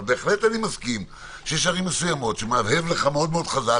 אבל בהחלט אני מסכים שיש ערים מסוימות שמהבהב לך מאוד חזק,